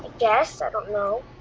guess. i don't know.